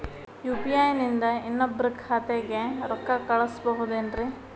UPI ನಿಂದ ಇನ್ನೊಬ್ರ ಖಾತೆಗೆ ರೊಕ್ಕ ಕಳ್ಸಬಹುದೇನ್ರಿ?